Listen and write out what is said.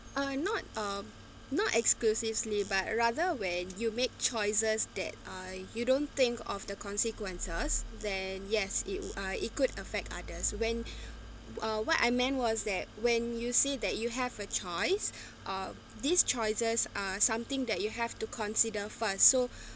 uh not um not exclusively but rather when you make choices that uh you don't think of the consequences then yes it would uh it could affect others when uh what I meant was that when you see that you have a choice or these choices are something that you have to consider first so